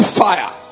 fire